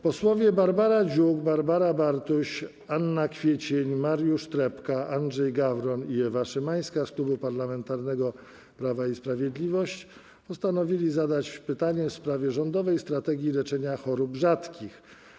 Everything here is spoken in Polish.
Posłowie Barbara Dziuk, Barbara Bartuś, Anna Kwiecień, Mariusz Trepka, Andrzej Gawron i Ewa Szymańska z Klubu Parlamentarnego Prawo i Sprawiedliwość postanowili zadać pytanie w sprawie rządowej strategii leczenia chorób rzadkich.